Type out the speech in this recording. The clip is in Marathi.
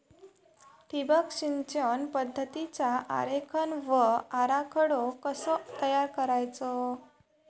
ठिबक सिंचन पद्धतीचा आरेखन व आराखडो कसो तयार करायचो?